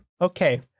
Okay